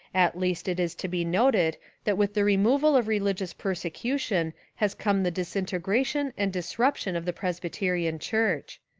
at least it is to be noted that with the removal of rehgious persecution has come the disintegra tion and disruption of the presbyterian church.